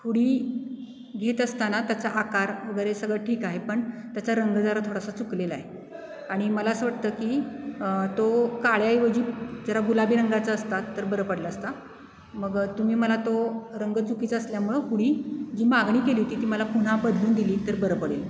हुडी घेत असताना त्याचा आकार वगैरे सगळं ठीक आहे पण त्याचा रंग जरा थोडासा चुकलेला आहे आणि मला असं वाटतं की तो काळ्याऐवजी जरा गुलाबी रंगाचं असता तर बरं पडला असता मग तुम्ही मला तो रंग चुकीचा असल्यामुळं हुडी जी मागणी केली होती ती मला पुन्हा बदलून दिली तर बरं पडेल